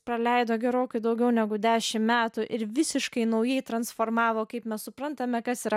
praleido gerokai daugiau negu dešim metų ir visiškai naujai transformavo kaip mes suprantame kas yra